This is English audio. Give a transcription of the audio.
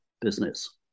business